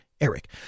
Eric